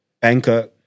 banker